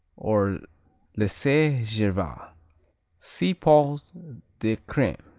or le saint gervais see pots de creme.